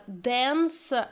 dance